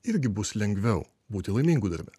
irgi bus lengviau būti laimingu darbe